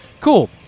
cool